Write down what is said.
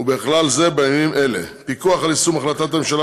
ובכלל זה בעניינים האלה: פיקוח על יישום החלטת הממשלה